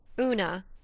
Una